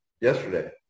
yesterday